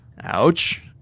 Ouch